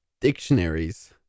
dictionaries